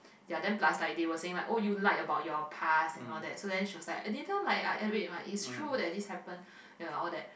ya then plus like they were saying like oh you like about your past and all that so then she was like I didn't like I wait is true that this happen ya all that